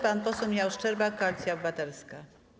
Pan poseł Michał Szczerba, Koalicja Obywatelska.